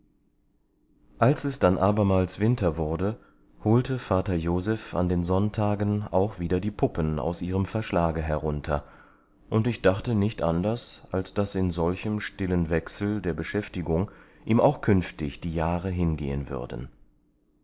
als es dann abermals winter wurde holte vater joseph an den sonntagen auch wieder die puppen aus ihrem verschlage herunter und ich dachte nicht anders als daß in solchem stillen wechsel der beschäftigung ihm auch künftig die jahre hingehen würden